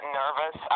nervous